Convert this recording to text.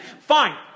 Fine